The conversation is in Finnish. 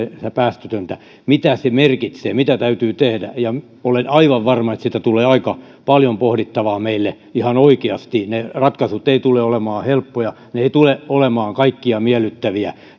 mennessä päästötöntä mitä se merkitsee mitä täytyy tehdä ja olen aivan varma että siitä tulee aika paljon pohdittavaa meille ihan oikeasti ne ratkaisut eivät tule olemaan helppoja ja ne eivät tule olemaan kaikkia miellyttäviä